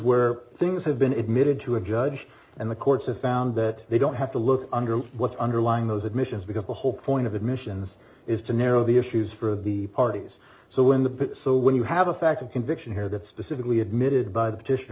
where things have been admitted to a judge and the courts have found that they don't have to look under what's underlying those admissions because the whole point of admissions is to narrow the issues for the parties so when the so when you have a fact of conviction here that specifically admitted by the petition